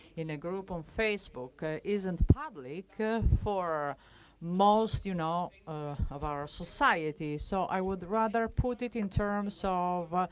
in a group on facebook, isn't public for most you know ah of our ah society. so i would rather put it in terms so